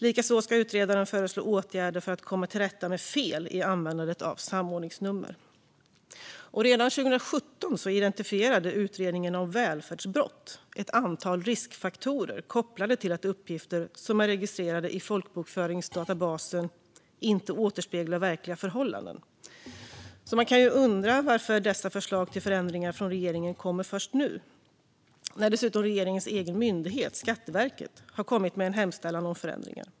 Likaså ska utredaren föreslå åtgärder för att komma till rätta med fel i användandet av samordningsnummer. Redan 2017 identifierade utredningen om välfärdsbrott ett antal riskfaktorer kopplade till att uppgifter som är registrerade i folkbokföringsdatabasen inte återspeglar verkliga förhållanden. Man kan undra varför dessa förslag till förändringar från regeringen kommer först nu, när regeringens egen myndighet Skatteverket dessutom har kommit med en hemställan om förändringar.